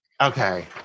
okay